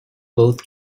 both